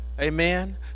amen